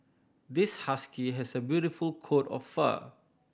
this husky has a beautiful coat of fur